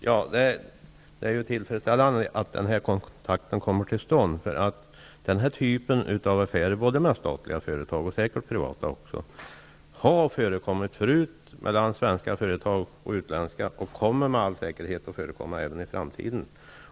Fru talman! Det är tillfredsställande att en kontakt kommer till stånd. Den här typen av affärer -- det gäller då statliga företag, men säkert också privata företag -- har tidigare förekommit mellan svenska och utländska företag och kommer med all säkerhet att förekomma även i framtiden.